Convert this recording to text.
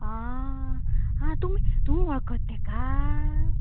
आं आं तुमी तूं वळखता तेका